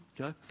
Okay